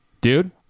DUDE